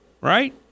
Right